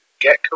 get